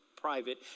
private